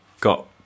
got